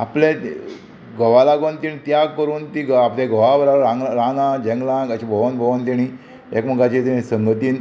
आपले घोवा लागोन तेणी त्याग करून ती घोवा आपले घोवा बराबर रान रानां जंगलांत अशी भोवन भोवोन तेणीं एकामेकाचे तेणी संगतीन